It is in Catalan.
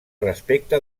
respecte